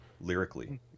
lyrically